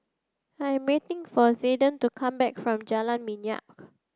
I am waiting for Zayden to come back from Jalan Minyak